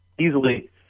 easily